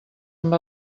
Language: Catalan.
amb